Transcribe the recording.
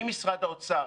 עם משרד האוצר,